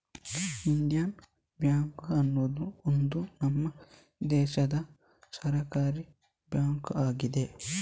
Indian bank ಅನ್ನುದು ಒಂದು ನಮ್ಮ ದೇಶದ ಸರ್ಕಾರೀ ಬ್ಯಾಂಕು ಆಗಿದೆ